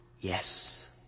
Yes